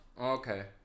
Okay